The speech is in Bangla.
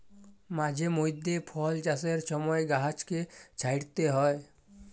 মাঝে মইধ্যে ফল চাষের ছময় গাহাচকে ছাঁইটতে হ্যয়